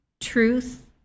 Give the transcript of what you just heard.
truth